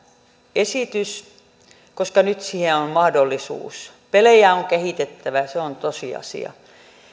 esitys koska nyt siihen on mahdollisuus pelejä on kehitettävä se on tosiasia